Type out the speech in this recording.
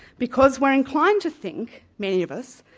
because we're inclined to think, many of us,